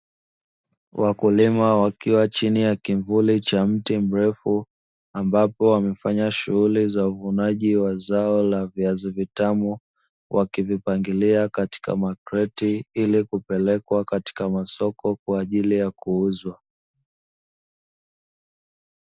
Wakulima wakiwa chini ya kivuli cha mtu mrefu, ambapo wamefanya shughuli ya kuvuna zao la viazi vitamu. Wakivipanga katika makterti ili kuvipeleka kwenye masoko ili viweze kuuzwa.